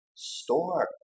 store